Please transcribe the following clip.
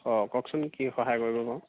অঁ কওকচোন কি সহায় কৰিব পাৰো